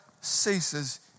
ceases